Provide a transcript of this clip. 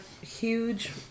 huge